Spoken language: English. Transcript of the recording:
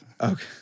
Okay